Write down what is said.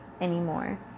anymore